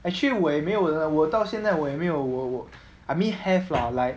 actually 我也没有的我到现在我也没有我我我 I mean have lah like